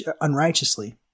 unrighteously